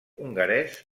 hongarès